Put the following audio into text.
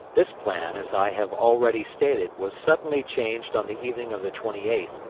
this plan, as i have already stated, was suddenly changed on the evening of the twenty eighth,